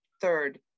third